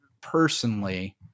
personally